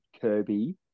Kirby